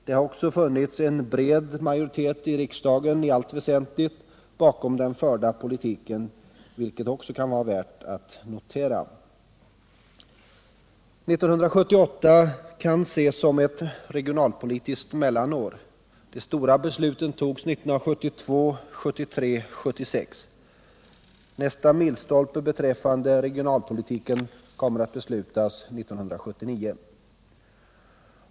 Det har också i allt väsentligt funnits en bred majoritet i riksdagen bakom den förda politiken, vilket också kan vara värt att notera. År 1978 kan ses som ett regionalpolitiskt mellanår. De stora besluten togs 1972, 1973 och 1976. Nästa milstolpe beträffande regionalpolitiken kommer 1979.